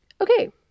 Okay